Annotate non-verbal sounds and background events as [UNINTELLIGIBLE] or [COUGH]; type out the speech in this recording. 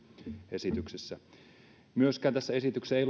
esityksessä tässä esityksessä ei [UNINTELLIGIBLE]